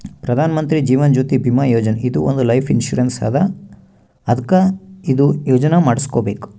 ಪ್ರಧಾನ್ ಮಂತ್ರಿ ಜೀವನ್ ಜ್ಯೋತಿ ಭೀಮಾ ಯೋಜನಾ ಇದು ಒಂದ್ life insurance ಅದಾ ಅದ್ಕ ಇದು ಯೋಜನಾ ಮಾಡುಸ್ಕೊಬೇಕ್